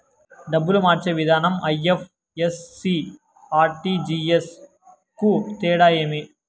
డబ్బులు మార్చే విధానం ఐ.ఎఫ్.ఎస్.సి, ఆర్.టి.జి.ఎస్ కు తేడా ఏమి?